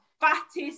fattest